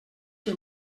que